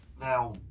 Now